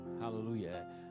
Hallelujah